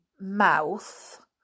mouth